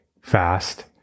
fast